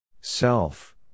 Self